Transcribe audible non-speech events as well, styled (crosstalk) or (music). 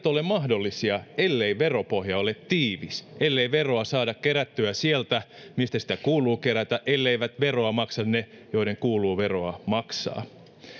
(unintelligible) ole mahdollisia ellei veropohja ole tiivis ellei veroa saada kerättyä sieltä mistä sitä kuuluu kerätä elleivät veroa maksa he joiden kuuluu veroa maksaa